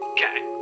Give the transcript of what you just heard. Okay